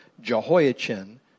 Jehoiachin